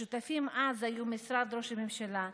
השותפים אז היו משרד ראש הממשלה,